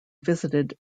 visited